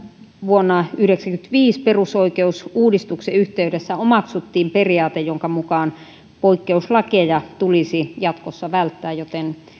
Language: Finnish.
vuonna yhdeksänkymmentäviisi perusoikeusuudistuksen yhteydessä omaksuttiin periaate jonka mukaan poikkeuslakeja tulisi jatkossa välttää joten